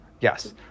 Yes